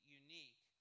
unique